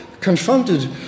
confronted